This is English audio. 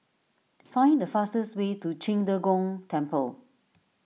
find the fastest way to Qing De Gong Temple